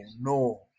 no